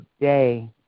day